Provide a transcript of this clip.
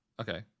Okay